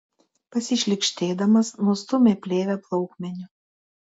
pasišlykštėdamas nustūmė plėvę plaukmeniu